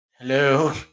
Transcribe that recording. Hello